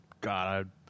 God